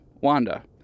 Wanda